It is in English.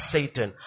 Satan